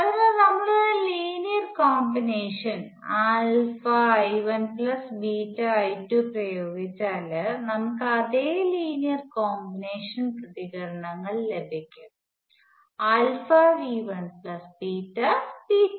അതിനാൽനമ്മൾ ഒരു linear combination I1 I2 പ്രയോഗിച്ചാൽ നമുക്ക് അതേ ലീനിയർ കോമ്പിനേഷൻ പ്രതികരണങ്ങൾ ലഭിക്കും V1 V2